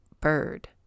bird